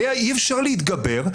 עליה אי אפשר להתגבר.